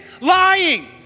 lying